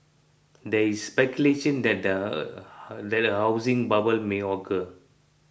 there is speculation that a that a housing bubble may occur